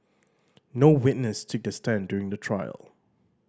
no witness took the stand during the trial